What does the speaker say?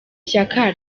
shyaka